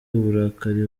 uburakari